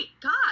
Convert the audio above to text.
God